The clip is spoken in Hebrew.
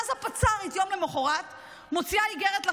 הפצ"רית ביום למוחרת מוציאה איגרת לחיילים,